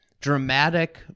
dramatic